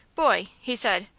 boy, he said,